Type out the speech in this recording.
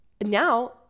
now